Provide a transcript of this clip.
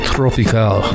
Tropical